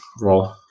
Roll